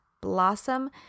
Blossom